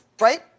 right